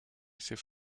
assez